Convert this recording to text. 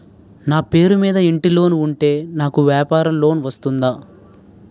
నా పేరు మీద ఇంటి లోన్ ఉంటే నాకు వ్యాపార లోన్ వస్తుందా?